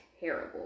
Terrible